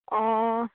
ꯑꯣ